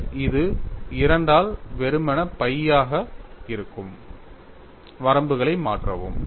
பின்னர் இது 2 ஆல் வெறுமனே pi ஆக இருக்கும் வரம்புகளை மாற்றவும்